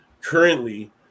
currently